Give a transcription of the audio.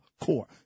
core